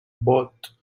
bot